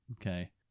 Okay